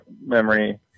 memory